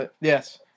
Yes